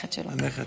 הנכד שלו.